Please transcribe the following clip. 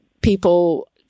people